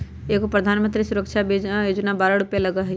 एगो प्रधानमंत्री सुरक्षा बीमा योजना है बारह रु लगहई?